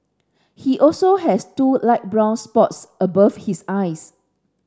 he also has two light brown spots above his eyes